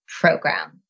program